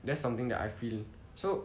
that's something that I feel so